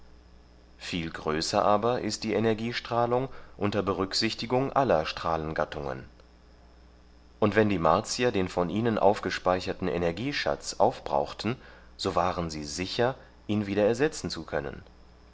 viel größer aber ist die energiestrahlung unter berücksichtigung aller strahlengattungen und wenn die martier den von ihnen aufgespeicherten energieschatz aufbrauchten so waren sie sicher ihn wieder ersetzen zu können